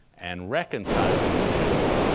and reconciling the two,